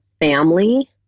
family